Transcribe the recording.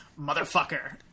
motherfucker